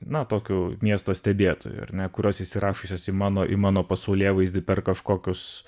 na tokiu miesto stebėtoju ar ne kurios įsirašiusios į mano į mano pasaulėvaizdį per kažkokius